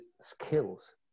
skills